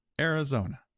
Arizona